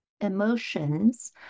emotions